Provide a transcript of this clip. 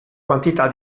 quantità